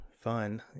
Fun